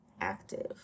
active